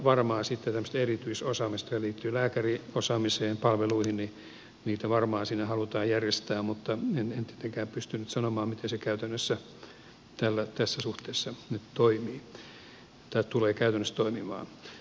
varmaan sitten tämmöistä erityisosaamista liittyen lääkäripalveluihin siinä halutaan järjestää mutta en tietenkään pysty nyt sanomaan miten se käytännössä tässä suhteessa nyt toimii tai tulee käytännössä toimimaan